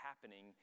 happening